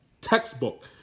textbook